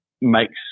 makes